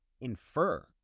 infer